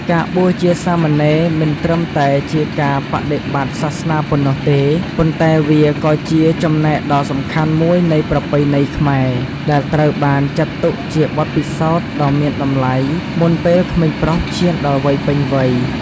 ការបួសជាសាមណេរ មិនត្រឹមតែជាការបដិបត្តិសាសនាប៉ុណ្ណោះទេ ប៉ុន្តែវាក៏ជា ចំណែកដ៏សំខាន់មួយនៃប្រពៃណីខ្មែរ ដែលត្រូវបានចាត់ទុកជាបទពិសោធន៍ដ៏មានតម្លៃមុនពេលក្មេងប្រុសឈានដល់វ័យពេញវ័យ។